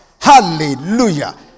Hallelujah